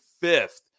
fifth